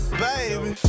baby